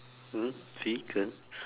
!huh! vehicle